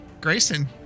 Grayson